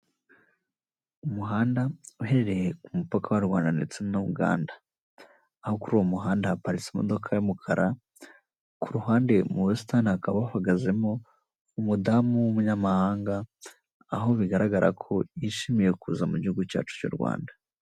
Umuhanda uherereye ku mupaka w'u Rwanda ndetse na Uganda aho kuri uwo muhanda haparitse imodoka y'umukara, ku ruhande mu busitani hakaba hahagazemo umudamu w'umunyamahanga, aho bigaragara ko yishimiye kuza mu gihugu cyacu cy'u Rwanda.